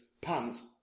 pants